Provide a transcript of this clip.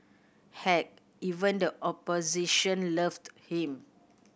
heck even the opposition loved him